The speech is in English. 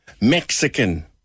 Mexican